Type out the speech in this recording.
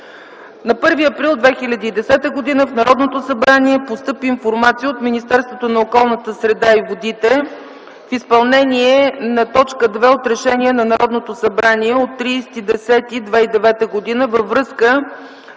На 1 април 2010 г. в Народното събрание постъпи информация от Министерството на околната среда и водите в изпълнение на т. 2 от Решение на Народното събрание от 30 октомври 2009 г. във връзка